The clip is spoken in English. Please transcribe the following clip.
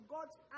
God's